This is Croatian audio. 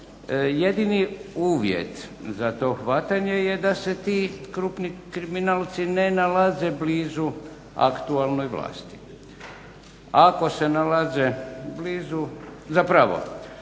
Jedini uvjet za to hvatanje je da se ti krupni kriminalci ne nalaze blizu aktualnoj vlasti. Ako se nalaze blizu, zapravo